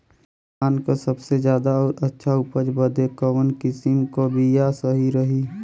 धान क सबसे ज्यादा और अच्छा उपज बदे कवन किसीम क बिया सही रही?